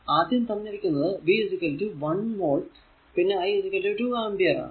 ആദ്യം തന്നിരിക്കുന്നത് V 1 volt പിന്നെ I 2 ആമ്പിയർ ആണ്